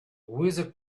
wizard